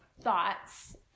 thoughts